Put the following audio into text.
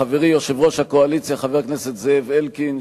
לחברי יושב-ראש הקואליציה חבר הכנסת זאב אלקין,